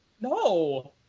No